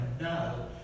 no